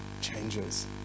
changes